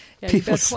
People